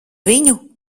viņu